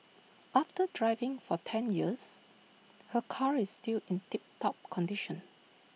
after driving for ten years her car is still in tip top condition